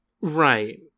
right